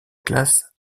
classe